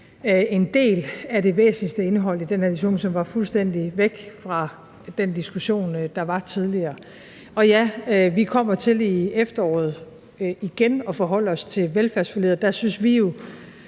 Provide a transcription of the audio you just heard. en del af det væsentligste indhold i den her diskussion, som var fuldstændig væk fra den diskussion, der var tidligere. Og ja, vi kommer til i efteråret igen at forholde os til velfærdsforliget, og der synes vi jo,